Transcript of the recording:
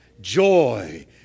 joy